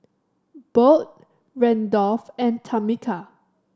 Bode Randolf and Tamika